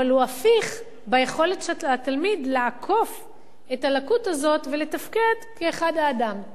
אבל הוא הפיך ביכולת של התלמיד לעקוף את הלקות הזאת ולתפקד כאחד האדם.